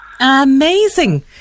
Amazing